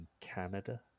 Canada